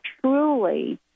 truly